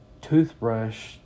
toothbrush